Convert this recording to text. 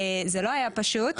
זה לא היה פשוט.